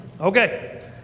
Okay